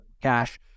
Cash